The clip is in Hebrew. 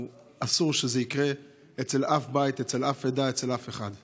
אסור שזה יקרה באף בית, אצל אף עדה, אצל אף אחד.